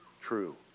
true